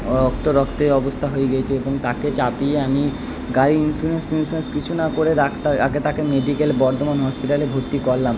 রক্ত রক্তই অবস্থা হয়ে গেছে এবং তাকে চাপিয়ে আমি গাড়ির ইনসিওরেন্স ফিন্সুরেন্স কিছু না করে ডাক্তার আগে তাকে মেডিকেল বর্ধমান হসপিটালে ভর্তি করলাম